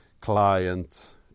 client